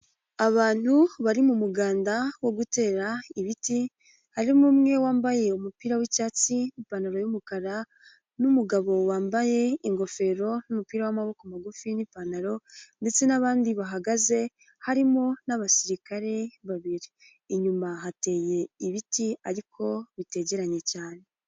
Abantu bari mu muganda wo gutera ibiti, harimo umwe wambaye umupira w'icyatsi ipantaro y'umukara n'umugabo wambaye ingofero n'umupira w'amaboko magufi n'ipantaro ndetse n'abandi bahagaze, harimo n'abasirikare babiri, inyuma hateye ibiti ariko bitegeranye cyane.